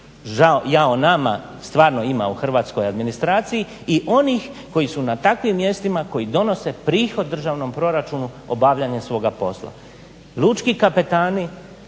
jao nama stvarno ima u hrvatskoj administraciji i onih koji su na takvim mjestima koji donose prihod državnom proračunu obavljanjem svoga posla. Lučki kapetani